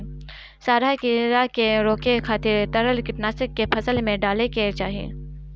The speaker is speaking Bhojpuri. सांढा कीड़ा के रोके खातिर तरल कीटनाशक के फसल में डाले के चाही